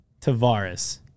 Tavares